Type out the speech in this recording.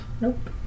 Nope